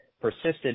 persisted